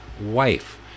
wife